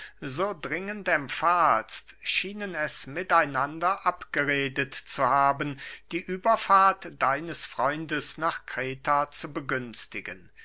so dringend empfahlst schienen es mit einander abgeredet zu haben die überfahrt deines freundes nach kreta zu begünstigen